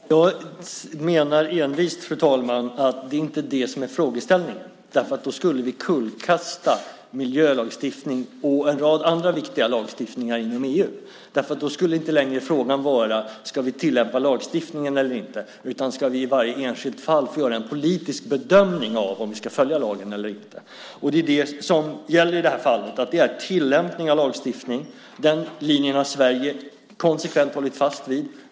Fru talman! Jag menar envist att det inte är det som är frågeställningen. Då skulle vi kullkasta miljölagstiftningen och en rad andra viktiga lagstiftningar inom EU. Då skulle inte längre frågan vara om vi ska tillämpa lagstiftningen eller inte utan om vi i varje enskilt fall ska göra en politisk bedömning av om vi ska följa lagen eller inte. I det här fallet gäller det att det ska vara en tillämpning av lagstiftningen. Den linjen har Sverige konsekvent hållit fast vid.